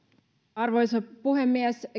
arvoisa puhemies